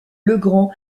legrand